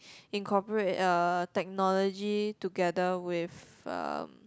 incorporate uh technology together with um